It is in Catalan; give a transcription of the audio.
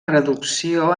reducció